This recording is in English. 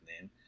name